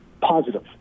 positive